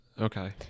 Okay